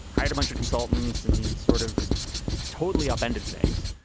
hired a bunch of consultants and sort of just totally upended things.